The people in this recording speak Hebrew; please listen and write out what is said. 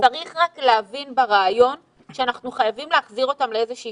צריך רק להבין ברעיון שאנחנו חייבים להחזיר אותם לאיזושהי